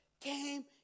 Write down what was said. came